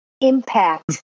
impact